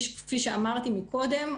כפי שאמרתי קודם,